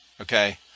okay